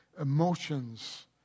emotions